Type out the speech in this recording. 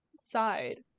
side